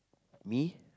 me